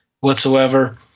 whatsoever